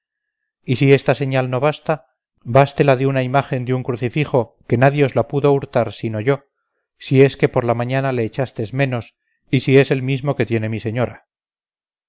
y si esta señal no basta baste la de una imagen de un crucifijo que nadie os la pudo hurtar sino yo si es que por la mañana le echastes menos y si es el mismo que tiene mi señora